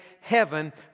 heaven